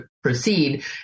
proceed